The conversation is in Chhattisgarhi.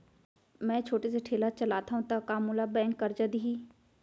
मैं छोटे से ठेला चलाथव त का मोला बैंक करजा दिही?